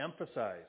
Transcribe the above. emphasize